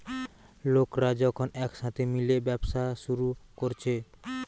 লোকরা যখন একসাথে মিলে ব্যবসা শুরু কোরছে